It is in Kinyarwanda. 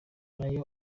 nayo